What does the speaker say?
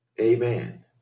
Amen